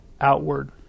outward